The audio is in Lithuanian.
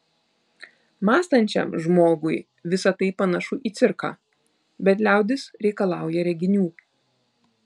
mąstančiam žmogui visa tai panašu į cirką bet liaudis reikalauja reginių